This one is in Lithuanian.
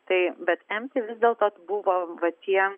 tai bet empti vis dėlto buvo va tie